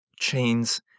chains